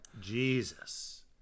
Jesus